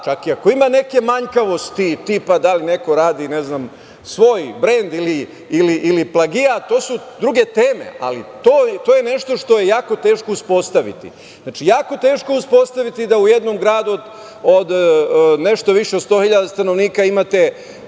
Čak i ako ima neke manjkavosti tipa da li neko radi svoj brend ili plagijat, to su druge teme, ali to je nešto što je jako teško uspostaviti. Znači, jako je teško uspostaviti da u jednom gradu od nešto više od 100 hiljada stanovnika imali